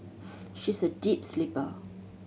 she is a deep sleeper